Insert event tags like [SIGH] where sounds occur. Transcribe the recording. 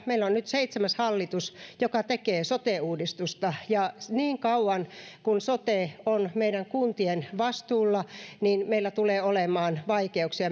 meillä on nyt seitsemäs hallitus joka tekee sote uudistusta ja niin kauan kuin sote on kuntien vastuulla meillä tulee olemaan vaikeuksia [UNINTELLIGIBLE]